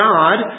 God